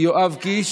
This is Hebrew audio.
יואב קיש,